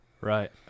Right